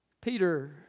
Peter